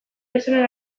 gizonen